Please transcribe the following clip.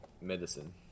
medicine